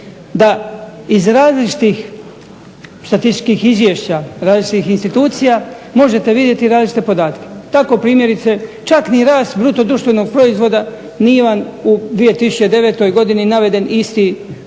da iz različitih statističkih izvješća različitih institucija možete vidjeti različite podatke. Tako primjerice čak ni rast BDP-a nije vam u 2009. godini naveden isti u